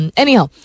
anyhow